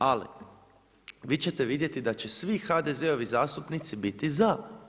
Ali vi ćete vidjeti da će svi HDZ-ovi zastupnici biti za.